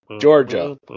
Georgia